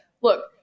look